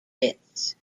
bits